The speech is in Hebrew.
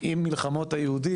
עם מלחמות היהודים,